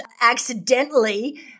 accidentally